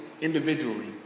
individually